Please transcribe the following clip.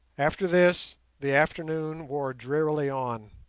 after this the afternoon wore drearily on,